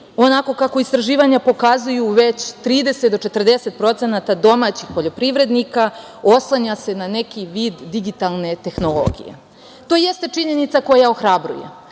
onako kako istraživanja pokazuju već 30 do 40% domaćih poljoprivrednika oslanja se na neki vid digitalne tehnologije. To jeste činjenica koja ohrabruje,